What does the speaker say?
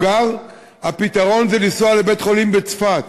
הפתרון זה לנסוע לבית-החולים בצפת.